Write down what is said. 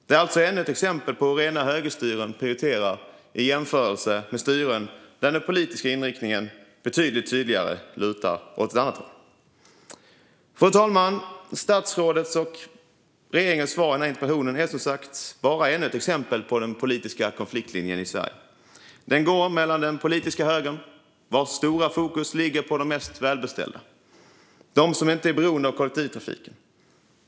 Det är alltså ännu ett exempel på hur rena högerstyren prioriterar i jämförelse med regioner där den politiska styrningen tydligt lutar åt ett annat håll. Fru talman! Statsrådets och regeringens svar på interpellationen är som sagt bara ännu ett exempel på den politiska konfliktlinjen i Sverige. Den politiska högerns stora fokus ligger på de mest välbeställda - de som inte är beroende av kollektivtrafiken.